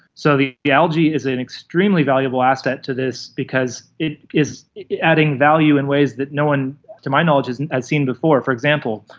so the the algae is an extremely valuable asset to this because it is adding value in ways that no one to my knowledge and has seen before. for example,